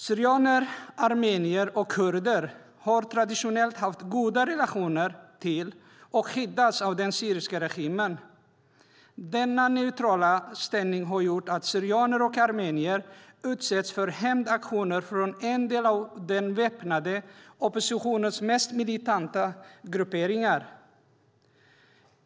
Syrianer, armenier och kurder har traditionellt haft goda relationer till och skyddats av den syriska regimen. Denna neutrala ställning har gjort att syrianer och armenier utsätts för hämndaktioner från en del av den väpnade oppositionens mest militanta grupperingar.